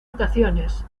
ocasiones